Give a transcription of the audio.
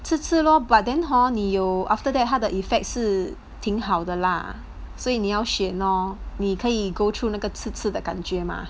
刺刺 lor but then hor 你有 after that 他的 effect 是挺好的啦所以你要选 lor 你可以 go through 那个刺刺的感觉 mah